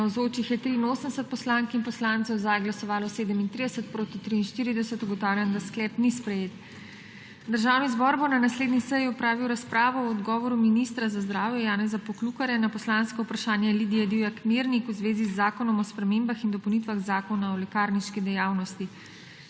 glasovalo 37, proti 43. (Za je glasovalo 37.) (Proti 43.) Ugotavljam, da sklep ni sprejet. Državni zbor bo na naslednji seji opravil razpravo o odgovoru ministra za zdravje Janeza Poklukarja na poslansko vprašanje Lidije Divjak Mirnik v zvezi z Zakonom o spremembah in dopolnitvah Zakon o lekarniški dejavnosti.